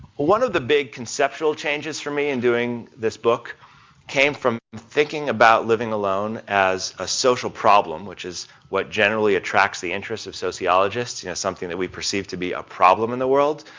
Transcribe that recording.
one of the big conceptual changes for me in doing this book came from thinking about living alone as a social problem, which is what generally attracts the interest of sociologists, you know something we perceive to be a problem in the world,